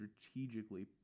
strategically